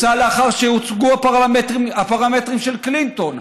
בוצע לאחר שהוצגו הפרמטרים של קלינטון,